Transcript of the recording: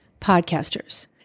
podcasters